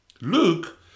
Luke